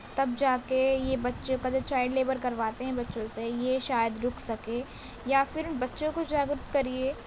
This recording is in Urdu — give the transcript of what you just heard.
تب جا کے یہ بچے کا جو چائلڈ لیبر کرواتے ہیں بچوں سے یہ شاید رک سکے یا پھر بچوں کو جاگرک کریے